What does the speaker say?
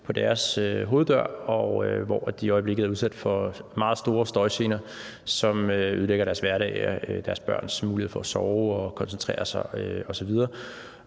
på beboernes hoveddør, og de er i øjeblikket udsat for meget store støjgener, som ødelægger deres hverdag, deres børns muligheder for at sove, deres